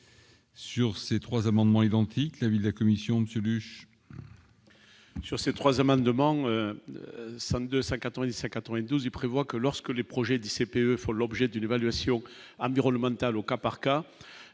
Sur ces 3 amendements identiques, l'avis de la Commission, monsieur.